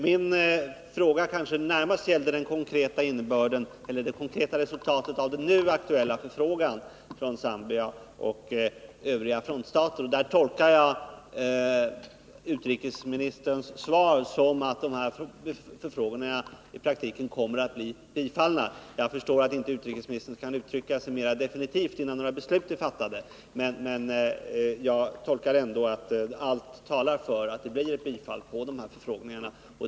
Min fråga gällde närmast det konkreta resultatet av den nu aktuella förfrågan från Zambia och de övriga frontstaterna. Jag tolkar utrikesministerns svar så att förfrågningarna i praktiken kommer att bli bifallna. Jag förstår att utrikesministern inte kan uttrycka sig mera definitivt innan några beslut är fattade, men jag tolkar hans svar så att allt talar för att framställningarna kommer att bifallas.